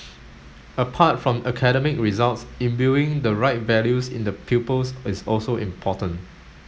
apart from academic results imbuing the right values in the pupils is also important